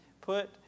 put